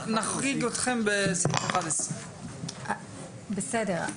נחריג אתכם בסעיף 11. בסדר.